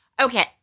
okay